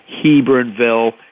Hebronville